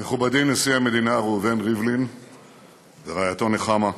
מכובדי נשיא המדינה ראובן ריבלין ורעייתו נחמה,